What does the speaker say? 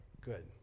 Good